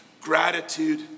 gratitude